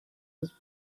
his